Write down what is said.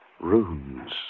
Runes